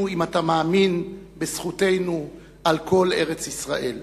אם אתה מאמין בזכותנו על כל ארץ-ישראל,